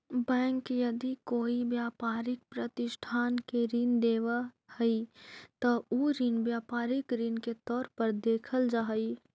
bank यदि कोई व्यापारिक प्रतिष्ठान के ऋण देवऽ हइ त उ ऋण व्यापारिक ऋण के तौर पर देखल जा हइ